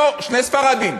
לא, שני ספרדים.